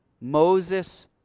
Moses